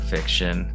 Fiction